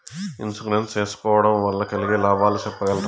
Insurance సేసుకోవడం వల్ల కలిగే లాభాలు సెప్పగలరా?